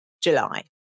July